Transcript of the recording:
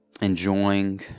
enjoying